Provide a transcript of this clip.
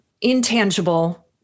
intangible